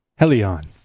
Helion